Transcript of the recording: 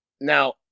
now